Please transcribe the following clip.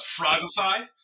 Frogify